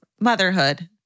motherhood